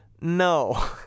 No